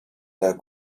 der